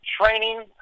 training